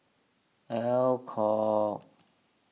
Alcott